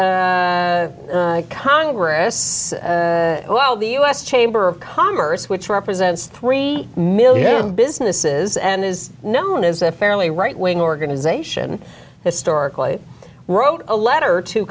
hand congress well the u s chamber of commerce which represents three million businesses and is known as a fairly right wing organization historically wrote a letter to